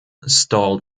stalled